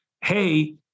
hey